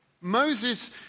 Moses